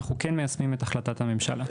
אנחנו כן מיישמים את החלטת הממשלה.